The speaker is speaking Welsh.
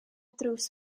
drws